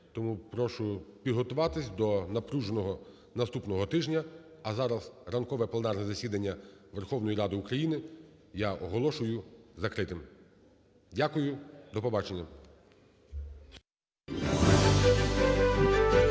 Тому прошу підготуватися до напруженого наступного тижня. А зараз ранкове планерне засідання Верховної Ради України я оголошую закритим. Дякую. До побачення.